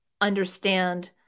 understand